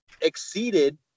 exceeded